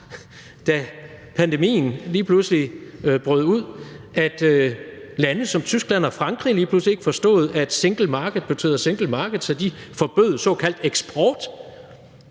da pandemien lige pludselig brød ud, at lande som Tyskland og Frankrig lige pludselig ikke forstod, at single market betyder single market, så de forbød såkaldt eksport